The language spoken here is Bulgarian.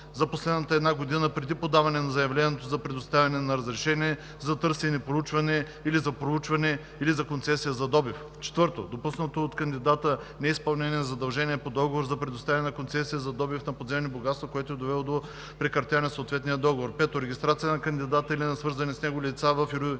за последната една година преди подаване на заявлението за предоставяне на разрешение за търсене и проучване или за проучване, или за концесия за добив; 4. допуснато от кандидата неизпълнение на задължение по договор за предоставяне на концесия за добив на подземни богатства, което е довело до прекратяване на съответния договор; 5. регистрация на кандидата или на свързани с него лица в юрисдикция